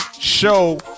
show